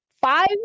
five